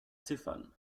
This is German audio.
ziffern